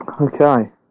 Okay